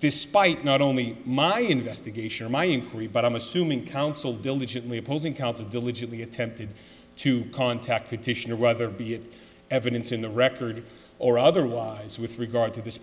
despite not only my investigation or my inquiry but i'm assuming counsel diligently opposing counsel diligently attempted to contact petitioner whether the evidence in the record or otherwise with regard to this